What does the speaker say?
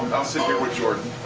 i'll sit here with jordan.